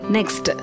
Next